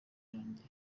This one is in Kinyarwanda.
yanjye